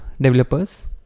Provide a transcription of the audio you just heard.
developers